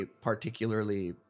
particularly